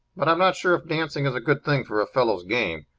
but i'm not sure if dancing is a good thing for a fellow's game.